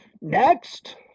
Next